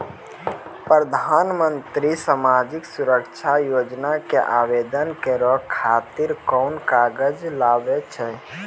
प्रधानमंत्री समाजिक सुरक्षा योजना के आवेदन करै खातिर कोन कागज लागै छै?